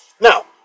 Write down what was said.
Now